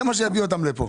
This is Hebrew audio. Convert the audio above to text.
זה מה שיביא אותם לפה.